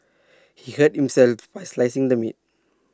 he hurt himself while slicing the meat